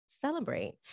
celebrate